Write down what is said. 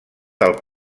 del